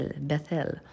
Bethel